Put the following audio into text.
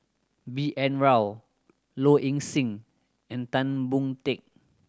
B N Rao Low Ing Sing and Tan Boon Teik